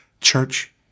church